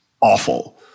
awful